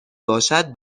باشد